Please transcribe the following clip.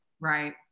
Right